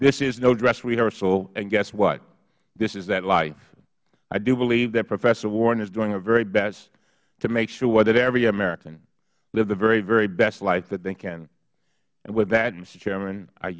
this is no dress rehearsal and guess what this is that life i do believe that professor warren is doing her very best to make sure that every american lives the very very best life that they can